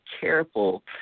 careful